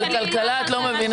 אבל בכלכלה את לא מבינה,